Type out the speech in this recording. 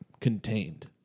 contained